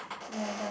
you're done